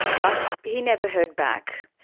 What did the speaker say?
but he never heard back.